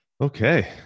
Okay